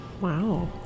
Wow